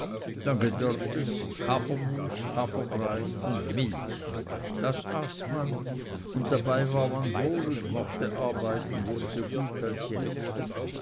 hafermus haferbrei und milch das aß man und dabei war man wohl und mochte arbeiten wohl so gut als jetzt